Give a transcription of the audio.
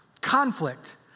conflict